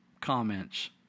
comments